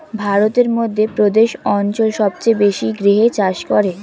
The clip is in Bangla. ভারতের মধ্য প্রদেশ অঞ্চল সবচেয়ে বেশি গেহু চাষ হয়